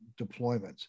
deployments